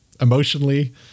emotionally